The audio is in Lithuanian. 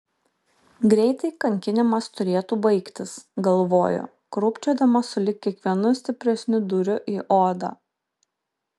greitai kankinimas turėtų baigtis galvojo krūpčiodama sulig kiekvienu stipresniu dūriu į odą